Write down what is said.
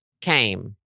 came